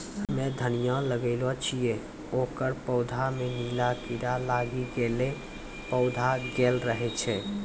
हम्मे धनिया लगैलो छियै ओकर पौधा मे नीला कीड़ा लागी गैलै पौधा गैलरहल छै?